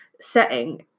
setting